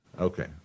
Okay